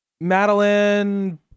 madeline